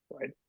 Right